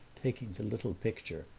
taking the little picture,